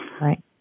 Right